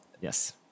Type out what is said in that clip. Yes